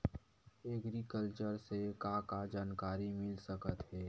Agriculture से का का जानकारी मिल सकत हे?